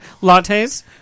lattes